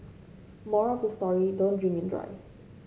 moral of the story don't drink and drive